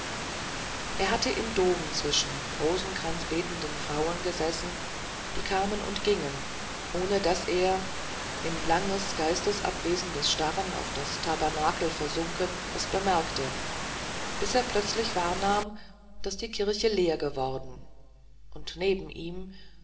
er hatte im dom zwischen rosenkranzbetenden frauen gesessen die kamen und gingen ohne daß er in langes geistesabwesendes starren auf das tabernakel versunken es bemerkte bis er plötzlich wahrnahm daß die kirche leer geworden und neben ihm